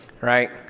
right